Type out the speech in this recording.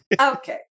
Okay